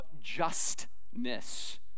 justness